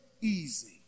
easy